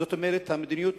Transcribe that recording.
זאת אומרת, גם המדיניות